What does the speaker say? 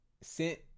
Sent